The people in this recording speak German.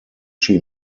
chi